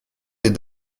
des